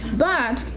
but